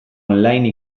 online